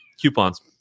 coupons